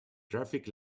traffic